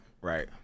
Right